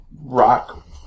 rock